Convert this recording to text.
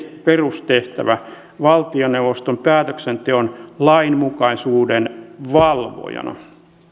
perustehtävä valtioneuvoston päätöksenteon lainmukaisuuden valvojana